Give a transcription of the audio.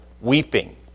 weeping